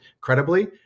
credibly